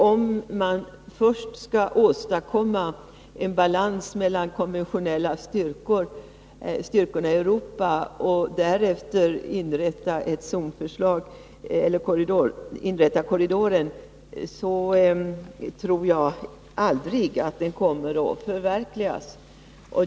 Om man först skall åstadkomma en balans mellan de konventionella styrkorna i Europa och därefter inrätta korridoren tror jag inte att den någonsin kommer att förverkligas.